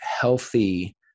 healthy